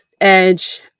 Edge